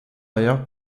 ailleurs